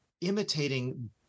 imitating